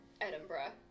Edinburgh